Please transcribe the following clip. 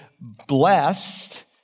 Blessed